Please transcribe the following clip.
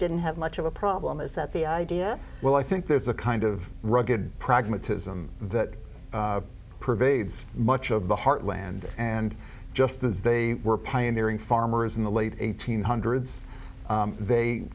didn't have much of a problem is that the idea well i think there's a kind of rugged pragmatism that pervades much of the heartland and just as they were pioneering farmers in the late eighteenth hundreds they